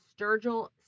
sturgill